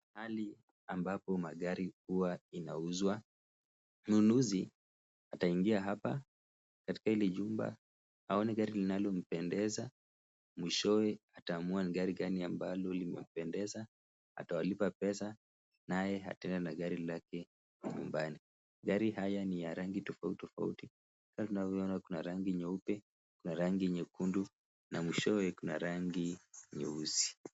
Mahali ambapo magari zinaweza kuuzwa, mnunuzi ataingia hapa katika lile jumba aone gari linalompendeza, mwishowe ataamua gari ambalo limependeza atawalipa pesa naye ataenda na gari lake nyumbani, gari haya ni za rangi tofauti tofauti, kuna rangi nyeupe, kuna rangi nyekundu, na mwishowe kuna rangi nyeusi.